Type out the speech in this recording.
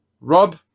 rob